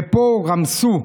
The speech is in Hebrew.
ופה רמסו.